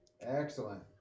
Excellent